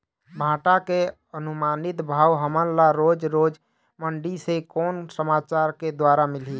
भांटा के अनुमानित भाव हमन ला रोज रोज मंडी से कोन से समाचार के द्वारा मिलही?